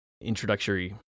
introductory